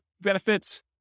benefits